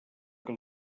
que